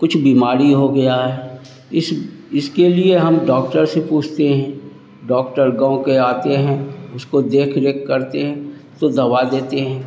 कुछ बीमारी हो गया है इस इसके लिए हम डॉक्टर से पूछते हैं डॉक्टर गाँव के आते हैं उसको देख रेख करते हैं तो दवा देते हैं